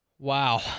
Wow